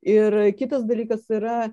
ir kitas dalykas yra